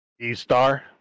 E-Star